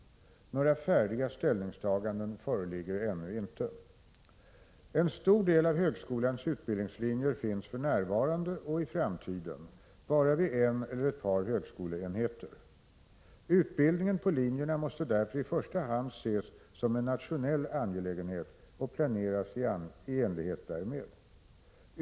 Några färdiga ställningstaganden föreligger ännu inte. En stor del av högskolans utbildningslinjer finns för närvarande — och kommer också i framtiden att finnas — bara vid en eller ett par högskoleenheter. Utbildningen på linjerna måste därför i första hand ses som en nationell angelägenhet och planeras i enlighet därmed.